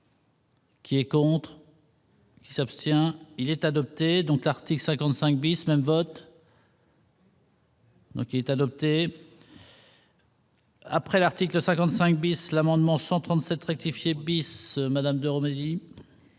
Qui est corrompu. Qui s'abstient, il est adopté, donc article 55 bis même vote. Donc il est adopté. Après l'article 55 bis, l'amendement 137 rectifier bis madame de Romilly.